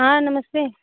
हाँ नमस्ते